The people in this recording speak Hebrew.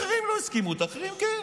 אחרים לא הסכימו, אחרים כן.